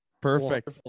Perfect